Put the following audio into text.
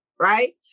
Right